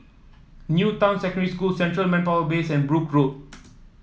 New Town Secondary School Central Manpower Base and Brooke Road